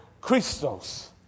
Christos